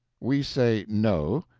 we say know,